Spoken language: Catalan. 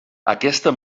aquesta